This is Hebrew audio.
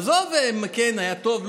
עזוב אם כן היה טוב,